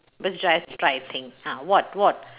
but just try it thing ah what what